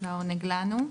העונג לנו.